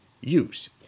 use